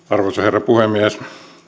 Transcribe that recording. arvoisa herra puhemies